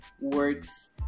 works